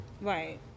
Right